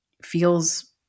feels